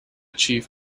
chief